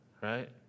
right